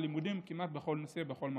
בלימודים וכמעט בכל נושא ובכל מקום.